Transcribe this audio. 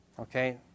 Okay